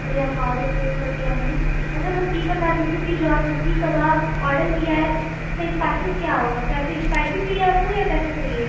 یہ آپ کا آڈر پلیس کر دیا ہم نے اچھا میم یہ بتا دیجیے کہ جو آپ نے سیخ کباب آڈر کیا ہے اس میں اسپائسیز کیا ہوگا کیسے اسپائسی چاہیے آپ کو یا کیسا چاہیے